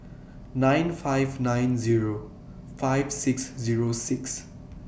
nine five nine Zero five six Zero six